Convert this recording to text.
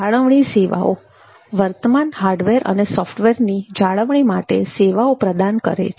જાળવણી સેવાઓ વર્તમાન હાર્ડવેર અને સોફ્ટવેરની જાળવણી માટે સેવાઓ પ્રદાન કરે છે